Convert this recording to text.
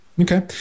Okay